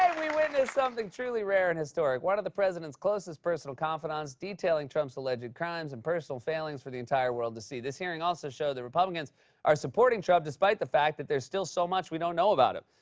we witnessed something truly rare and historic. one of the president's closest personal confidantes detailing trump's alleged crimes and personal failings for the entire world to see. this hearing also showed that republicans are supporting trump despite the fact there is still so much we don't know about him.